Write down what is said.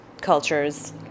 cultures